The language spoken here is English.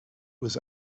was